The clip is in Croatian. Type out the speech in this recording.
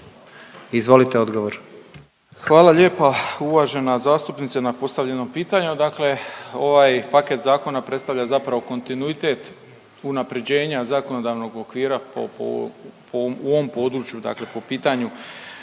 Ivan (HDZ)** Hvala lijepa uvažena zastupnice na postavljenom pitanju. Dakle ovaj paket zakona predstavlja zapravo kontinuitet unaprjeđenja zakonodavnog okvira po, po, po ovom, u ovom području dakle po pitanju